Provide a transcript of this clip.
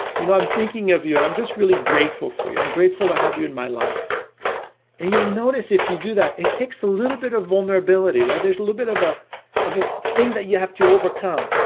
you know i'm thinking of you and i'm just really grateful for you. i'm grateful to have you in my life and you'll notice if you do that, it takes a little bit of vulnerability, right there's a little bit of ah this ah so thing that you have to overcome.